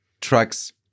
trucks